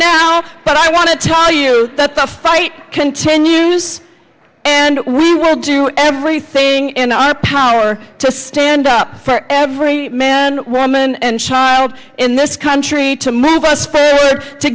now but i want to tell you that the fight continues and we will do everything in our power to stand up for every man woman and child in this country to move us